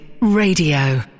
Radio